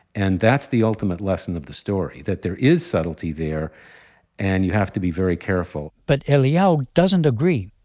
and that's the ultimate lesson of the story, that there is subtlety there and you have to be very careful but eliyahu doesn't agree.